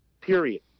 Period